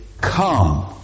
come